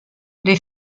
les